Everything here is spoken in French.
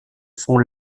son